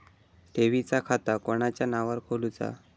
ठेवीचा खाता कोणाच्या नावार खोलूचा?